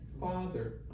Father